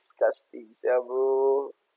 disgusting sia bro